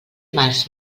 març